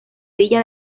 villa